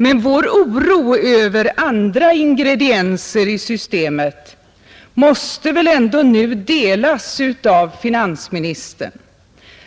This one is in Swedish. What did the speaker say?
Men vår oro över andra ingredienser i systemet måste väl nu delas av finansministern,